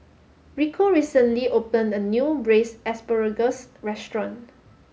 Rico recently opened a new braised asparagus restaurant